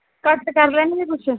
ਘੱਟ ਕਰ ਲੈਣਗੇ ਕੁਛ